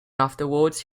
afterwards